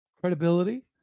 credibility